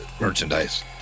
merchandise